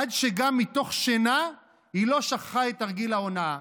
עד שגם מתוך שינה היא לא שכחה את תרגיל ההונאה,